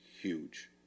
huge